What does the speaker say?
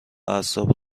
اعصاب